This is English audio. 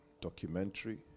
documentary